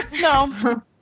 No